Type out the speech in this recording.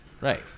right